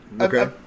Okay